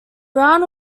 brown